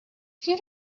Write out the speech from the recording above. you